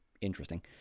interesting